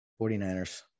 49ers